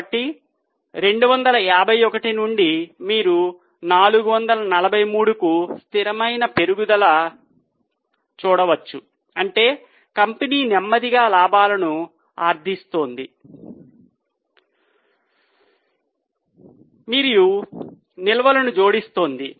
కాబట్టి 251 నుండి మీరు 443 కు స్థిరమైన పెరుగుదలను చూడవచ్చు అంటే కంపెనీ నెమ్మదిగా లాభాలను ఆర్జిస్తోంది మరియు నిల్వలను జోడిస్తోంది